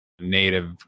native